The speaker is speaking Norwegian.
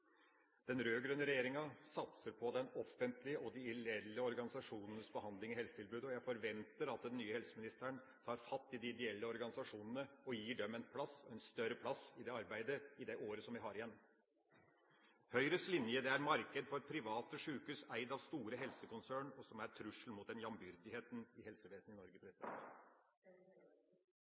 og de ideelle organisasjonenes behandling i helsetilbudet, og jeg forventer at den nye helseministeren tar fatt i de ideelle organisasjonene og gir dem en større plass i dette arbeidet i det året som vi har igjen. Høyres linje er marked for private sjukehus eid av store helsekonsern, som er en trussel mot jambyrdigheten i helsevesenet i Norge.